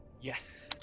Yes